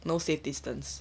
no safe distance